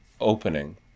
opening